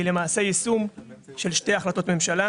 למעשה, היא יישום של שתי החלטות ממשלה